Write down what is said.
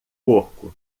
porco